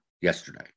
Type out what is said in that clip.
yesterday